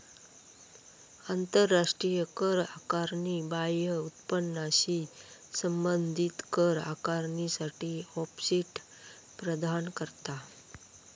आंतराष्ट्रीय कर आकारणी बाह्य उत्पन्नाशी संबंधित कर आकारणीसाठी ऑफसेट प्रदान करता